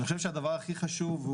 אני חושב שהדבר הכי חשוב,